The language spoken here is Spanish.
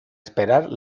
esperar